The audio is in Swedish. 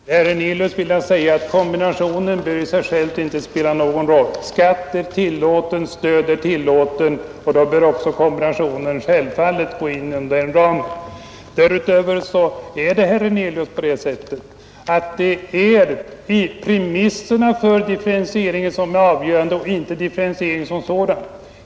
Herr talman! Till herr Hernelius vill jag säga att kombinationen i sig själv inte bör spela någon roll — skatt är tillåten, stöd är tillåtet, och då bör kombinationen självfallet gå innanför den ramen. Dessutom är det, herr Hernelius, kriterierna för differentieringen som är avgörande och inte differentieringen som sådan.